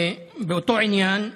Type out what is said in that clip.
באותו עניין,